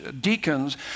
deacons